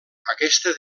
aquesta